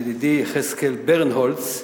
ידידי יחזקאל ברנהולץ,